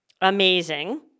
Amazing